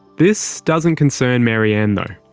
this doesn't concern mary anne though.